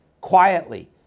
quietly